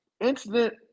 incident